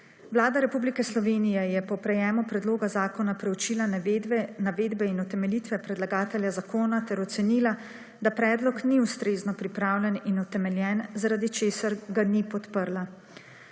Vlada Republike Slovenije je po prejemu Predloga zakona preučila navedbe, navedbe in utemeljitve predlagatelja zakona, ter ocenila, da predlog ni ustrezno pripravljen in utemeljen, zaradi česar ga ni podprla.